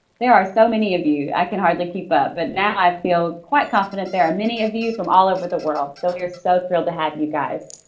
there are so many of you i can hardly keep up but now i feel quite confident that there are many of you from all over the world so we are so thrilled to have you guys.